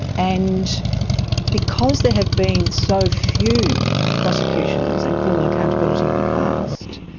and because there has been so few prosecutions and criminal accountability in the past,